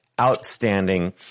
outstanding